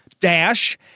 dash